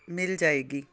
ਮਿਲ ਜਾਵੇਗੀ